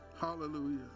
Hallelujah